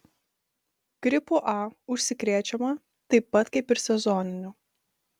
gripu a užsikrečiama taip pat kaip ir sezoniniu